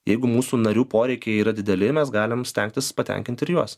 jeigu mūsų narių poreikiai yra dideli mes galim stengtis patenkint ir juos